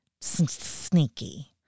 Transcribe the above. sneaky